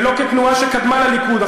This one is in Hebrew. לא כתנועה שקדמה לליכוד,